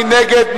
מי נגד?